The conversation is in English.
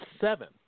seven